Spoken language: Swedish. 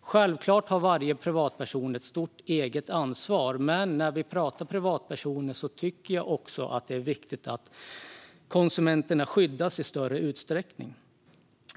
Självklart har varje privatperson ett stort eget ansvar, men när vi pratar privatpersoner tycker jag också att det är viktigt att konsumenterna skyddas i större utsträckning.